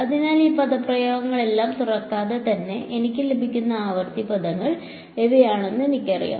അതിനാൽ ഈ പദപ്രയോഗങ്ങളെല്ലാം തുറക്കാതെ തന്നെ എനിക്ക് ലഭിക്കുന്ന ആവൃത്തി പദങ്ങൾ ഇവയാണെന്ന് എനിക്കറിയാം